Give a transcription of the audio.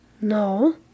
No